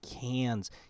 cans